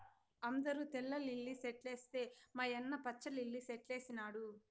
అందరూ తెల్ల లిల్లీ సెట్లేస్తే మా యన్న పచ్చ లిల్లి సెట్లేసినాడు